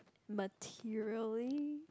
materially